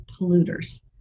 polluters